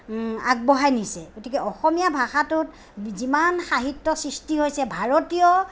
আগবঢ়াই নিছে গতিকে অসমীয়া ভাষাটোত যিমান সাহিত্য সৃষ্টি হৈছে ভাৰতীয়